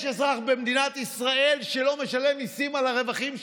יש אזרח במדינת ישראל שלא משלם מיסים על הרווחים שלו?